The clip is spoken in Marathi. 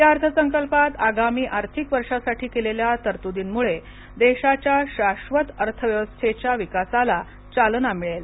या अर्थसंकल्पात आगामी आर्थिक वर्ष साठी केलेल्या तरतुर्दीमुळे देशाच्या शाश्वत अर्थव्यवस्थेच्या विकासाला चालना मिळेल